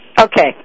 Okay